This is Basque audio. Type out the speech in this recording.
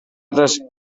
erraz